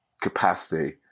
capacity